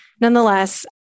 Nonetheless